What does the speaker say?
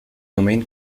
domain